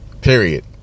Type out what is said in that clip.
Period